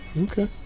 okay